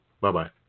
Bye-bye